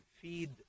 feed